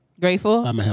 Grateful